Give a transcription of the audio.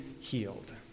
healed